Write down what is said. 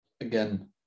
again